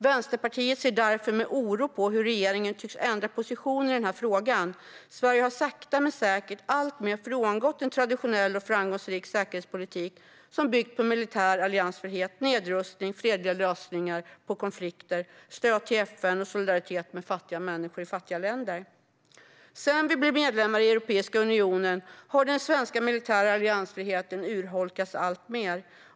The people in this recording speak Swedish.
Vänsterpartiet ser därför med oro på hur regeringen tycks ändra position i denna fråga. Sverige har sakta men säkert alltmer frångått en traditionell och framgångsrik säkerhetspolitik som har byggt på militär alliansfrihet, nedrustning, fredliga lösningar på konflikter, stöd till FN och solidaritet med fattiga människor i fattiga länder. Sedan vi blev medlemmar i Europeiska unionen har den svenska militära alliansfriheten urholkats alltmer.